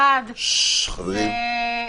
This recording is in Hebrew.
אחת, דרך אגב,